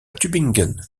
tübingen